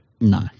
No